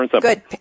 good